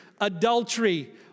adultery